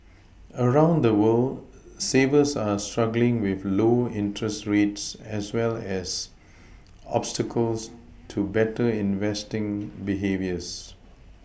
around the world savers are struggling with low interest rates as well as obstacles to better investing behaviours